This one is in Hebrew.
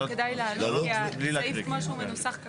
כדי שיוכלו לפתור בעיה באמת.